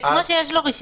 זה כמו שיש לו רישיון.